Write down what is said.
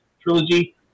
trilogy